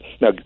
Now